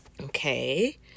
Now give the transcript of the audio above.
Okay